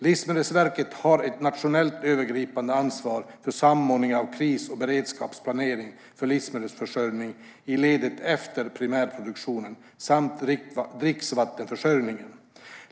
Livsmedelsverket har ett nationellt övergripande ansvar för samordning av kris och beredskapsplanering för livsmedelsförsörjningen i ledet efter primärproduktionen samt dricksvattenförsörjningen.